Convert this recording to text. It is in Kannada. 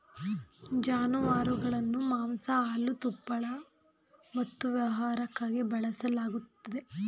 ಜಾನುವಾರುಗಳನ್ನು ಮಾಂಸ ಹಾಲು ತುಪ್ಪಳ ಮತ್ತು ವ್ಯವಸಾಯಕ್ಕಾಗಿ ಬಳಸಿಕೊಳ್ಳಲಾಗುತ್ತದೆ